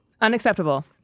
Unacceptable